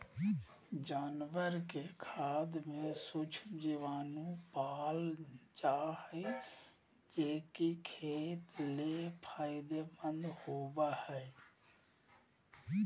जानवर के खाद में सूक्ष्म जीवाणु पाल जा हइ, जे कि खेत ले फायदेमंद होबो हइ